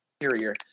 interior